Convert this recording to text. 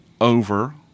over